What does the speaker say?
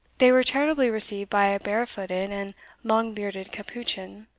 they were charitably received by a bare-footed and long-bearded capuchin,